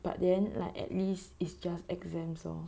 but then like at least is just exams orh